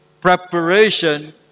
preparation